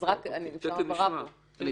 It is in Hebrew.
אז אם אפשר הבהרה?